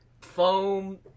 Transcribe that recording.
foam